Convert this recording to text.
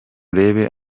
urebe